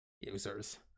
users